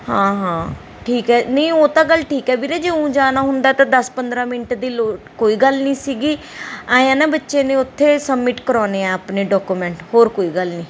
ਹਾਂ ਹਾਂ ਠੀਕ ਹੈ ਨਹੀਂ ਉਹ ਤਾਂ ਗੱਲ ਠੀਕ ਹੈ ਵੀਰੇ ਜੇ ਊਂ ਜਾਣਾ ਹੁੰਦਾ ਤਾਂ ਦਸ ਪੰਦਰਾਂ ਮਿੰਟ ਦੀ ਲੋ ਕੋਈ ਗੱਲ ਨੀ ਸੀਗੀ ਐਂਏ ਆ ਨਾ ਬੱਚੇ ਨੇ ਉੱਥੇ ਸਬਮਿਟ ਕਰਾਉਦੇ ਆ ਆਪਣੇ ਡਾਕੂਮੈਂਟ ਹੋਰ ਕੋਈ ਗੱਲ ਨਹੀਂ